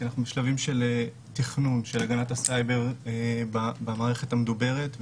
כי אנחנו בשלבים של תכנון של הגנת הסייבר במערכת המדוברת.